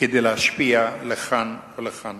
כדי להשפיע לכאן או לכאן.